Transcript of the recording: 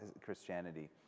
Christianity